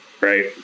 Right